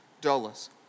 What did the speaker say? dollars